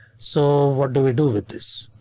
so what do we do with this?